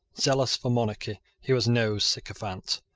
zealous for monarchy, he was no sycophant.